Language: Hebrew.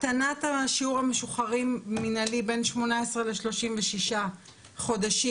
הקטנת שיעור המשוחררים מינהלי בין 18 ל-36 חודשים,